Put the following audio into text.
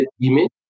image